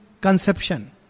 conception